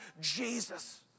Jesus